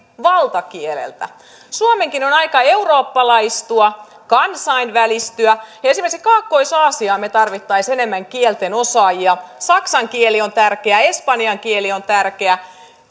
valtakieleltä suomenkin on aika eurooppalaistua kansainvälistyä ja esimerkiksi kaakkois aasiaan me tarvitsisimme enemmän kielten osaajia saksan kieli on tärkeä espanjan kieli on tärkeä